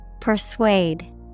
Persuade